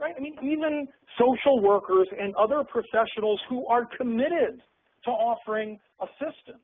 right, i mean, even social workers and other professionals who are committed to so offering assistance